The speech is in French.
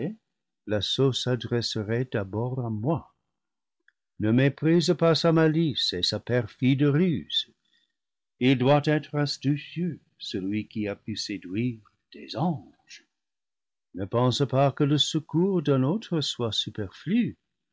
l'osait l'assaut s'adresserait d'abord à moi ne méprise pas sa malice et sa perfide ruse il doit être astucieux celui qui a pu séduire des anges ne pense pas que le secours d'un autre soit superflu